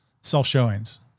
self-showings